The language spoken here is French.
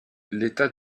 l’état